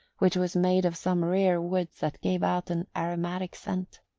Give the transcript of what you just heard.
which was made of some rare wood that gave out an aromatic scent.